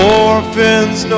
orphans